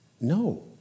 No